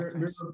Yes